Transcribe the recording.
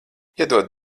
iedod